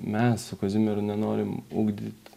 mes su kazimieru nenorim ugdyt